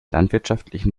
landwirtschaftlichen